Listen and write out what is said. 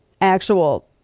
actual